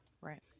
Right